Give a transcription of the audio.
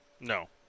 No